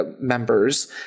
members